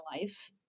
life